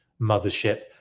mothership